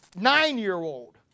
nine-year-old